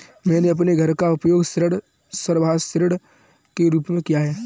मैंने अपने घर का उपयोग ऋण संपार्श्विक के रूप में किया है